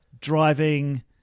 driving